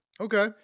okay